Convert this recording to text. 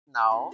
now